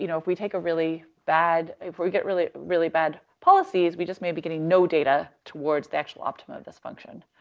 you know if we take a really bad, if we get really, really bad policies, we just may be getting no data towards the actual optima of this function.